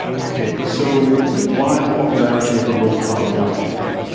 okay, so why the popularity of the low carb diet then?